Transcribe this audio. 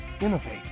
innovate